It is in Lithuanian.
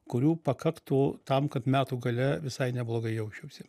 kurių pakaktų tam kad metų gale visai neblogai jaučiausi